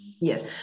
Yes